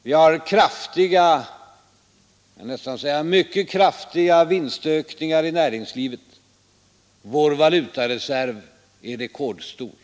Vi har kraftiga jag vill nästan säga mycket CK kraftiga — vinstökningar i näringslivet. Vår valutareserv är rekordstor.